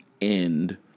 end